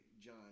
John